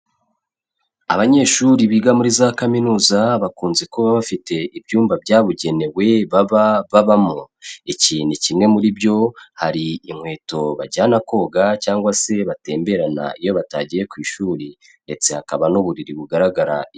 Abanyeshuri biga muri za kaminuza bakunze kuba bafite ibyumba byabugenewe baba babamo, iki ni kimwe muri byo hari inkweto bajyana koga cyangwa se batemberana iyo batagiye ku ishuri ndetse hakaba n'uburiri bugaragara.